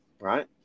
right